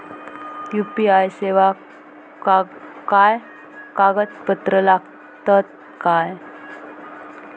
UPI सेवाक काय कागदपत्र लागतत काय?